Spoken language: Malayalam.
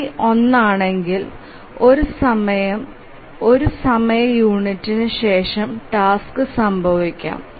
GCD ഒന്നാണെങ്കിൽ ഒരു സമയ യൂണിറ്റിന് ശേഷം ടാസ്ക് സംഭവിക്കാം